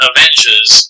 Avengers